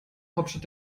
hauptstadt